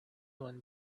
one